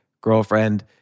girlfriend